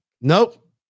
Nope